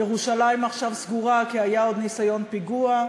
ירושלים עכשיו סגורה כי היה עוד ניסיון פיגוע.